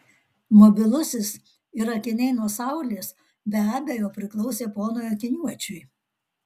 mobilusis ir akiniai nuo saulės be abejo priklausė ponui akiniuočiui